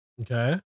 Okay